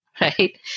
right